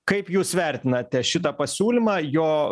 kaip jūs vertinate šitą pasiūlymą jo